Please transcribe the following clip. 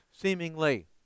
seemingly